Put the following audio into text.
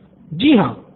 student 4 जी हाँ